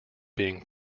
being